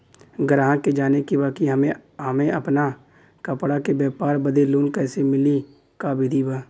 गराहक के जाने के बा कि हमे अपना कपड़ा के व्यापार बदे लोन कैसे मिली का विधि बा?